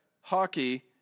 hockey